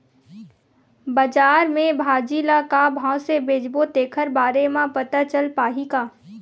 बजार में भाजी ल का भाव से बेचबो तेखर बारे में पता चल पाही का?